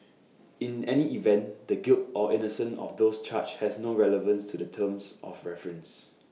in any event the guilt or innocence of those charged has no relevance to the terms of reference